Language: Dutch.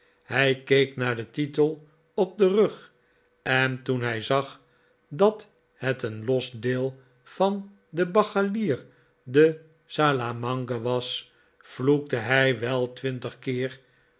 hij keek naar den titel op den rug en toen hij zag dat het een los deel van den bachelier de salamanque was vloekte hij wel twintig keer